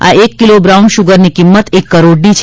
આ એક kilo brown સુગરની કિંમત એક કરોડની છે